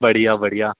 बढ़िया बढ़िया